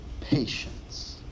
patience